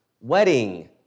wedding